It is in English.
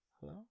Hello